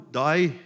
die